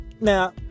Now